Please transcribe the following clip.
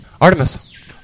Artemis